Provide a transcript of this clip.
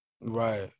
right